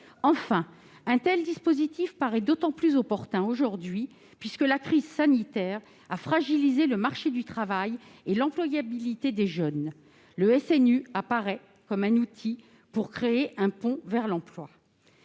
Enfin, un tel dispositif paraît d'autant plus opportun aujourd'hui que la crise sanitaire a fragilisé le marché du travail et l'employabilité des jeunes : le SNU apparaît comme un outil pour créer un pont vers l'emploi.